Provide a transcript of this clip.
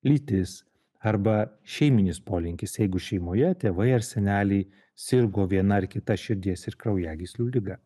lytis arba šeiminis polinkis jeigu šeimoje tėvai ar seneliai sirgo viena ar kita širdies ir kraujagyslių liga